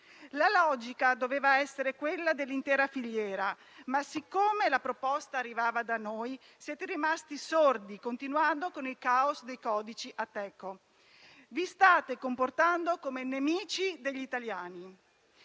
La logica doveva essere quella dell'intera filiera ma, siccome la proposta arrivava da noi, siete rimasti sordi continuando con il caos dei codici Ateco. Vi state comportando come nemici degli italiani.